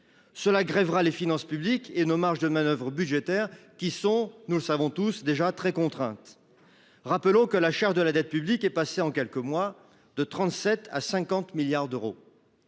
Cela grèvera les finances publiques et nos marges de manoeuvre budgétaires qui sont nous le savons tous, déjà très contraintes. Rappelons que la charge de la dette publique est passée en quelques mois, de 37 à 50 milliards d'euros.